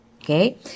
Okay